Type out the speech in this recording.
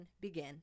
begin